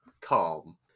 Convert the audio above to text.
calm